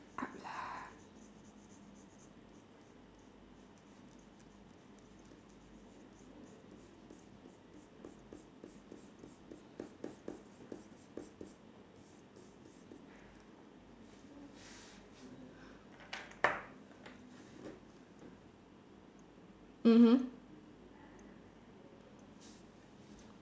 up lah